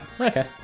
Okay